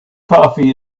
coffee